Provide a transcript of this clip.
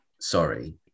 sorry